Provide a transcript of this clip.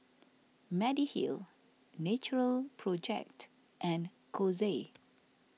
Mediheal Natural Project and Kose